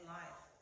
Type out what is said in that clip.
life